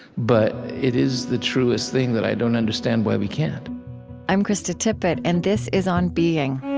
but it is the truest thing that i don't understand why we can't i'm krista tippett, and this is on being